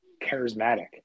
charismatic